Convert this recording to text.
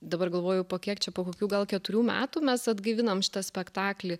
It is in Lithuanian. dabar galvoju po kiek čia po kokių gal keturių metų mes atgaivinam šitą spektaklį